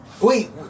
Wait